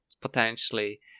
potentially